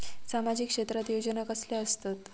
सामाजिक क्षेत्रात योजना कसले असतत?